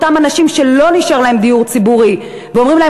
אותם אנשים שלא נשאר להם דיור ציבורי ואומרים להם,